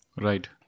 Right